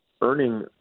earning